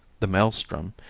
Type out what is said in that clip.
the maelstrom,